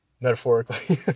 Metaphorically